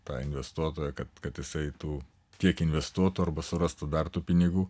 tą investuotoją kad kad jisai tų tiek investuotų arba surastų dar tų pinigų